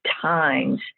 times